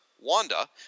Wanda